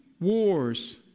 wars